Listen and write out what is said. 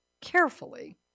carefully